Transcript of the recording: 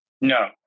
No